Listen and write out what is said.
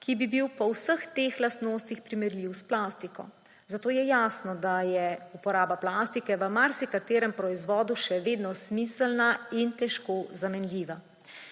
ki bi bil po vseh teh lastnostih primerljiv s plastiko. Zato je jasno, da je uporaba plastike v marsikaterem proizvodu še vedno smiselna in težko zamenljiva.